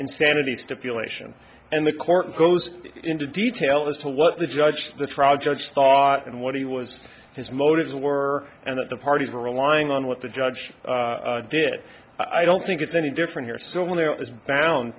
insanity stipulation and the court goes into detail as to what the judge the frog judge thought and what he was his motives were and that the parties were relying on what the judge did i don't think it's any different here so when it was bound